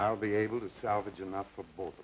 i'll be able to salvage enough for both